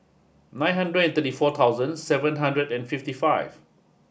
nine hundred thirty four thousand seven hundred and fifty five